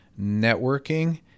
networking